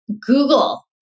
Google